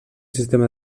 sistema